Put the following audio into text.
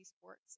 Sports